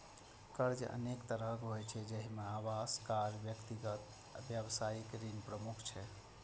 कर्ज अनेक तरहक होइ छै, जाहि मे आवास, कार, व्यक्तिगत, व्यावसायिक ऋण प्रमुख छै